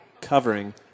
covering